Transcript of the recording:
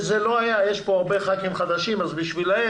יש פה הרבה חברי כנסת חדשים אז בשבילם